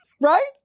right